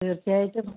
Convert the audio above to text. തീർച്ചയായിട്ടും